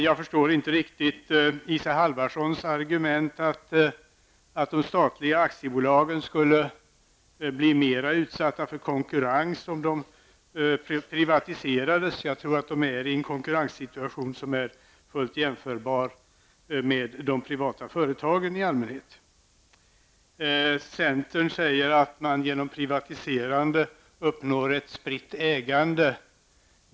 Jag förstår inte riktigt Isa Halvarssons argument att de statliga aktiebolagen skulle bli mera utsatta för konkurrens om de privatiserades. Jag tror att de befinner sig i en konkurrenssituation som är fullt jämförbar med de privata företagens situation i allmänhet. Centern säger att man genom privatiserande uppnår ett spritt ägande.